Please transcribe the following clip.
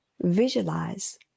visualize